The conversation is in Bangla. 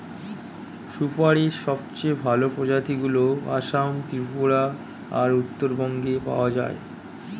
সুপারীর সবচেয়ে ভালো প্রজাতিগুলো আসাম, ত্রিপুরা আর উত্তরবঙ্গে পাওয়া যায়